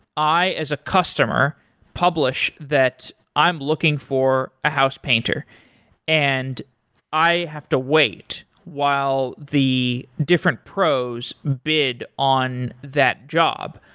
i as a customer publish that i'm looking for a house painter and i have to wait while the different pros bid on that job.